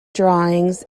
drawings